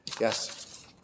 Yes